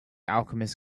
alchemist